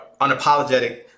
unapologetic